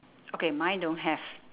okay mine don't have